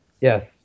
Yes